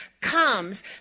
Comes